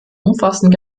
umfassend